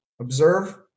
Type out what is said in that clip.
observe